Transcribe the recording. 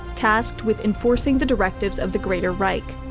tasked with enforcing the directives of the greater reich.